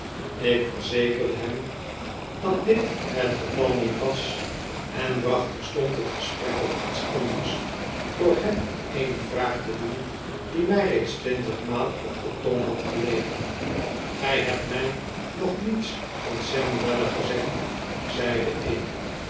ik verzekerde hem dat dit het geval niet was en bracht terstond het gesprek op iets anders door hem eene vraag te doen die my reeds twintig maal op de tong had gelegen gy hebt my nog niets van sam weller gezegd zeide ik